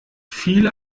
viele